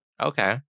Okay